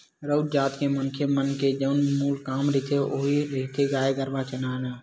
राउत जात के मनखे मन के जउन मूल काम रहिथे ओहा रहिथे गाय गरुवा चराना